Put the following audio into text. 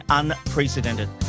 unprecedented